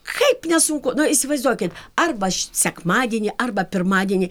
kaip nesunku nu įsivaizduokit arba šį sekmadienį arba pirmadienį